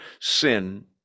sin